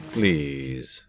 Please